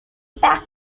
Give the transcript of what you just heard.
pac